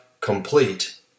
complete